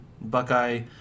Buckeye